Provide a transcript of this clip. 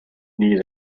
near